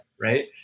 right